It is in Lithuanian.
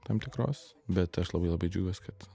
tam tikros bet aš labai labai džiaugiuos kad